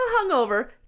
hungover